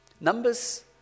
Numbers